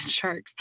sharks